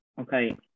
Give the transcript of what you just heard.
Okay